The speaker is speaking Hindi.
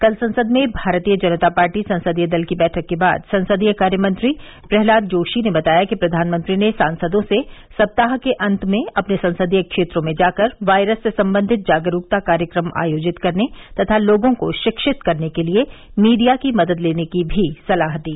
कल संसद में भारतीय जनता पार्टी संसदीय दल की बैठक के बाद संसदीय कार्यमंत्री प्रहलाद जोशी ने बताया कि प्रधानमंत्री ने सांसदों से सप्ताह के अंत में अपने संसदीय क्षेत्रों में जाकर वायरस से संबंधित जागरूकता कार्यक्रम आयोजित करने तथा लोगों को शिक्षित करने के लिए मीडिया की मदद लेने की भी सलाह दी